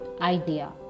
idea